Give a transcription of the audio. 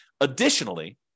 Additionally